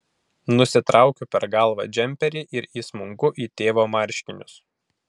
nusitraukiu per galvą džemperį ir įsmunku į tėvo marškinius